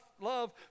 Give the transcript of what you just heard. love